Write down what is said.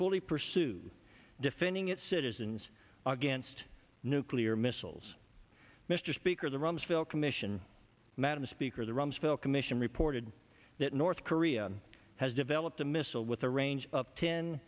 fully pursues defending its citizens against nuclear missiles mr speaker the rumsfeld commission madam speaker the rumsfeld commission reported that north korea has developed a missile with a range of ten